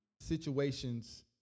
situations